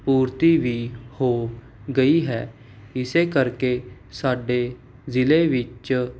ਪੂਰਤੀ ਵੀ ਹੋ ਗਈ ਹੈ ਇਸ ਕਰਕੇ ਸਾਡੇ ਜ਼ਿਲ੍ਹੇ ਵਿੱਚ